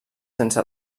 sense